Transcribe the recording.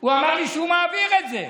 הוא אמר לי שהוא מעביר את זה,